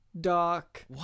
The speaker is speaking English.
Doc